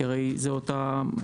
כי הרי זה אותו מצב,